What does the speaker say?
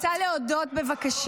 יש לה לב טוב.